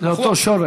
זה אותו שורש.